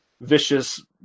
vicious